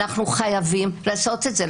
אנחנו חייבים לעשות את זה,